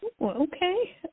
Okay